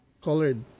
colored